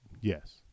Yes